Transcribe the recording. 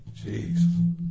Jeez